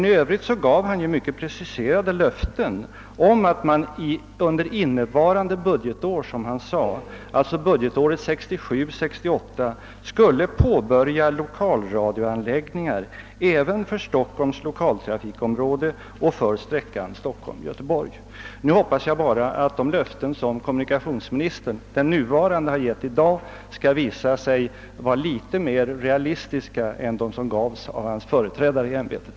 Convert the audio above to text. I övrigt gav kommunikationsministern mycket preciserade löften om att man under innevarande budgetår, 1967/68, skulle påbörja lokala radioanläggningar även för Stockholms lokaltrafikområde och för sträckan Stockholm— Göteborg. Nu hoppas jag bara att de löften som den nuvarande kommunikationsministern givit i dag skall visa sig vara litet mer realistiska än dem som gavs av hans företrädare i ämbetet.